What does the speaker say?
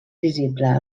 visible